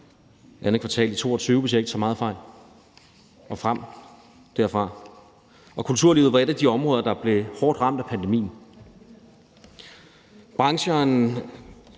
derfra, hvis jeg ikke tager meget fejl. Kulturlivet var et af de områder, der blev hårdt ramt af pandemien. Både branchen